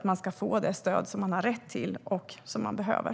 Man ska få det stöd man har rätt till och behöver.